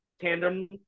tandem